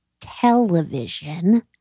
television